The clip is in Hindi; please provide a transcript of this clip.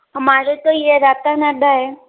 हमारे तो ये रहता है